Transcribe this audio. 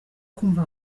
kumva